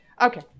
Okay